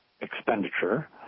expenditure